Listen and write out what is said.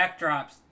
backdrops